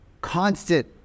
constant